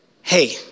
hey